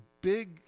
big